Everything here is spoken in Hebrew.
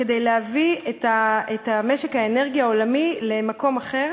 כדי להביא את משק האנרגיה העולמי למקום אחר.